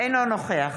אינו נוכח